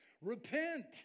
repent